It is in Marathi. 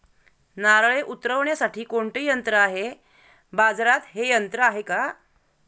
नारळे उतरविण्यासाठी कोणते यंत्र आहे? बाजारात हे यंत्र आहे का?